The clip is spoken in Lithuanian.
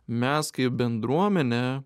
mes kaip bendruomenė